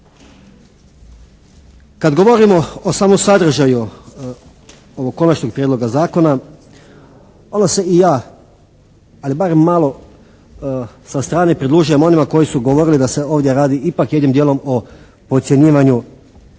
Kad govorimo o samom sadržaju ovog konačnog prijedloga zakona onda se i ja ali barem malo sa strane pridružujem onima koji su govorili da se ovdje radi ipak jednim djelom o potcjenjivanju